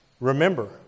Remember